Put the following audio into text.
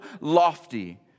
lofty